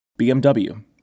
BMW